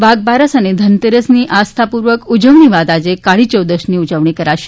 વાઘબારસ અને ધનતેરસની આસ્થાપૂર્વક ઉજવણી બાદ આજે કાળી ચૌદશની ઉજવણી કરાશે